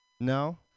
No